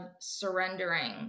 surrendering